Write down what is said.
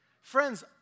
friends